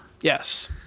Yes